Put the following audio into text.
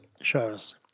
shows